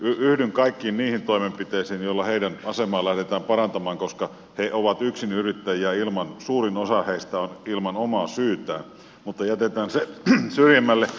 yhdyn kaikkiin niihin toimenpiteisiin joilla heidän asemaansa lähdetään parantamaan koska he ovat yksinyrittäjiä suurin osa heistä ilman omaa syytään mutta jätetään se syrjemmälle